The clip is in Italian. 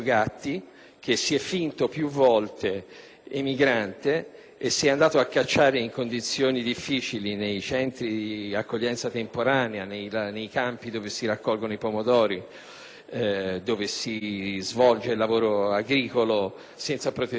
che si è finto più volte emigrante e si è andato a cacciare in condizioni difficili nei centri di accoglienza temporanea, nei campi dove si raccolgono i pomodori, dove si svolge il lavoro agricolo senza protezione.